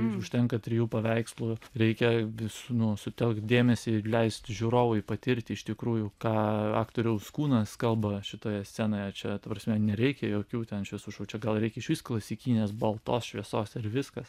užtenka trijų paveikslų reikia vis nu sutelk dėmesį ir leist žiūrovui patirt iš tikrųjų ką aktoriaus kūnas kalba šitoje scenoje čia ta prasme nereikia jokių ten šviesų šou čia gal reik išvys klasikinės baltos šviesos ir viskas